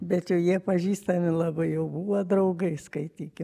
bet jau jie pažįstami labai jau buvo draugai skaitykim